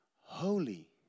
holy